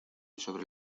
sobre